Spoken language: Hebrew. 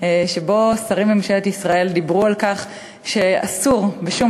שבו שרי ממשלת ישראל דיברו על כך שאסור בשום